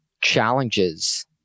challenges